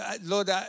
Lord